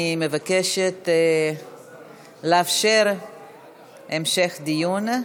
אני מבקשת לאפשר המשך דיון.